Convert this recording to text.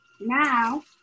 Now